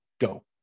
go